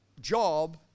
job